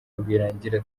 rwirangira